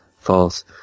false